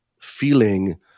feeling